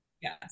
yes